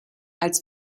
als